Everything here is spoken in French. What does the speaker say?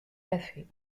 café